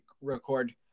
record